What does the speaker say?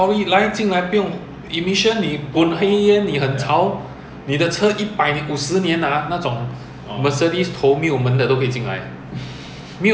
because malaysia is consistent they have rules singapore cars go in from the south thailand car come in from the north they enforce the same you must have third brake light